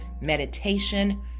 meditation